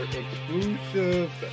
exclusive